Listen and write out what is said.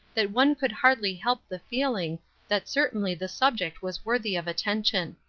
that one could hardly help the feeling that certainly the subject was worthy of attention.